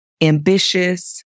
ambitious